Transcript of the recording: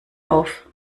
auf